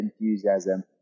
enthusiasm